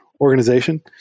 organization